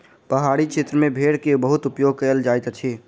पहाड़ी क्षेत्र में भेड़ के बहुत उपयोग कयल जाइत अछि